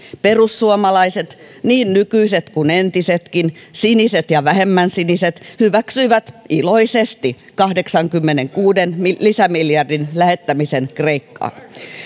perussuomalaiset niin nykyiset kuin entisetkin siniset ja vähemmän siniset hyväksyivät iloisesti kahdeksankymmenenkuuden lisämiljardin lähettämisen kreikkaan